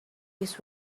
his